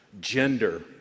gender